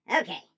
Okay